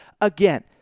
again